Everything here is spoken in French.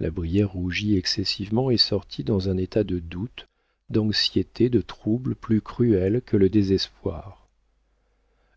la brière rougit excessivement et sortit dans un état de doute d'anxiété de trouble plus cruel que le désespoir